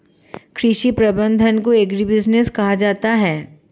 कृषि प्रबंधन को एग्रीबिजनेस कहा जाता है